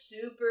super